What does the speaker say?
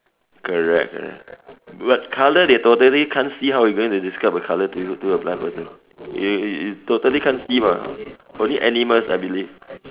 correct ya but colour they totally can't see how we going to describe a colour to a to a blind person you you totally can't see mah only animals I believe